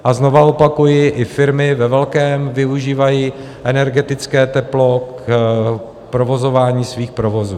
A znovu opakuji, i firmy ve velkém využívají energetické teplo k provozování svých provozů.